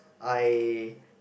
I